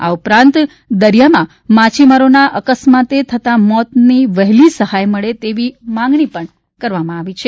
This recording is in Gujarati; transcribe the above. આ ઉપરાંત દરિયામાં માછીમારોના અકસ્માતે થતાં મોતની વહેલી સહાય મળે તેવી માંગણી પણ કરવામાં આવી છે